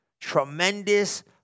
tremendous